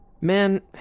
Man